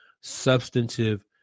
substantive